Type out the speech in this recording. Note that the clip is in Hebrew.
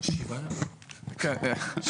אנחנו